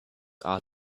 are